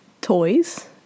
Toys